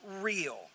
real